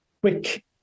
quick